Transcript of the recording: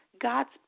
God's